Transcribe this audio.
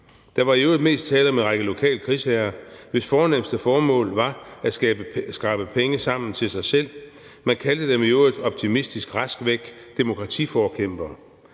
Der var i øvrigt mest tale om en række lokale krigsherrer, hvis fornemste formål var at skrabe penge sammen til sig selv. Man kaldte dem i øvrigt optimistisk og rask væk demokratiforkæmpere.